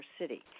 City